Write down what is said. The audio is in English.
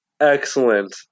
excellent